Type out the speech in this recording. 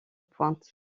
pointe